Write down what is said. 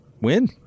Win